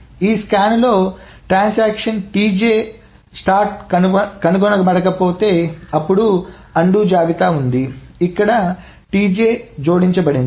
ఈ స్కాన్లో ట్రాన్సాక్షన్ ప్రారంభం Tj కనుగొనబడితే అప్పుడు అన్డు జాబితా ఉంది ఇక్కడ Tj జోడించబడింది